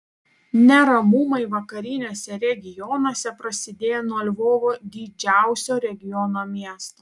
neramumai vakariniuose regionuose prasidėjo nuo lvovo didžiausio regiono miesto